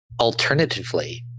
Alternatively